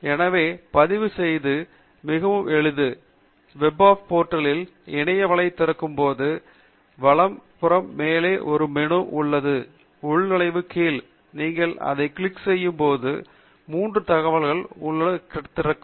எனவே பதிவு செய்வது மிக எளிது வெப் ஆப் சயின்ஸ் போர்ட்டலில் இணைய வலை திறக்கும் போது வலது புறம் மேலே ஒரு மெனு உள்ளது உள்நுழைவு கீழ் நீங்கள் அதை கிளிக் செய்யும் போது மூன்று தாவல்கள் உள்ளன அது திறக்கும்